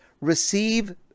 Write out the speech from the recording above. receive